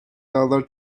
dağlar